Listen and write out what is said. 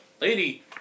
lady